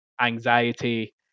anxiety